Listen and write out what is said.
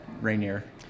Rainier